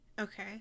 Okay